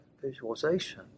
visualization